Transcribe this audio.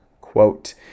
quote